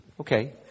Okay